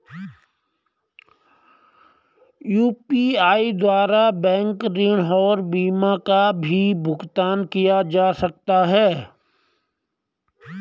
UPI द्वारा bank ऋण और बीमा का भी भुगतान किया जा सकता है?